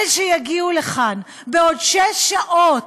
אלה שיגיעו לכאן בעוד שש שעות,